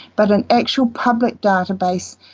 but an actual public database,